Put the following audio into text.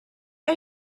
are